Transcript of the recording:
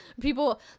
people